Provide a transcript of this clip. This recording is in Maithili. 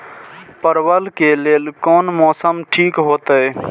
परवल के लेल कोन मौसम ठीक होते?